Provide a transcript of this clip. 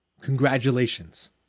congratulations